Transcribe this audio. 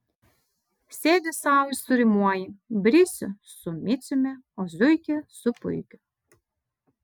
sėdi sau ir surimuoji brisių su miciumi o zuikį su puikiu